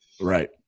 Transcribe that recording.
Right